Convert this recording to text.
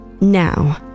now